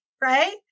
right